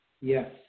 Yes